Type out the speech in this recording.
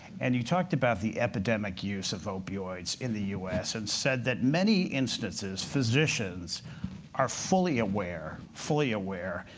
and you talked about the epidemic use of opioids in the us and said that many instances, physicians are fully aware, fully aware,